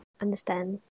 understand